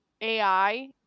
AI